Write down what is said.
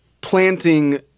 planting